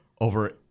Over